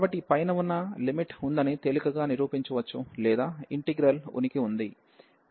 కాబట్టి ఈ పైన ఉన్న లిమిట్ ఉందని తేలికగా నిరూపించవచ్చు లేదా ఈ ఇంటిగ్రల్ ఉనికి ఉంది